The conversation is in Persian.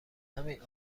همین